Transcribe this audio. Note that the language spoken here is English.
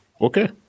Okay